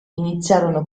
iniziarono